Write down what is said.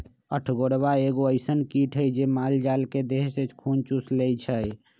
अठगोरबा एगो अइसन किट हइ जे माल जाल के देह से खुन चुस लेइ छइ